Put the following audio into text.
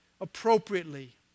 appropriately